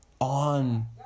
on